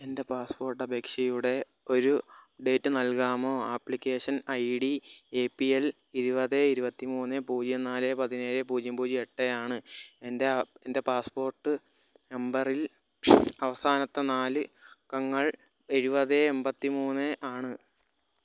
എൻ്റെ പാസ്പോർട്ട് അപേക്ഷയുടെ ഒരു ഡേറ്റ് നൽകാമോ application I D A P L ഇരുപത് ഇരുപത്തി മൂന്ന് പൂജ്യം നാല് പതിനേഴ് പൂജ്യം പൂജ്യം എട്ട് ആണ് എൻ്റെ എൻ്റെ പാസ്പോർട്ട് നമ്പറിൽ അവസാനത്ത നാല് അക്കങ്ങൾ എഴുപത് എൺപത്തി മൂന്ന് ആണ്